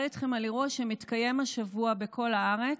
איתכם על אירוע שמתקיים השבוע בכל הארץ,